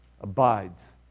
Abides